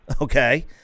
okay